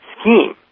scheme